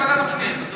אנחנו רוצים ועדת הפנים.